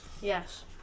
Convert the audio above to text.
Yes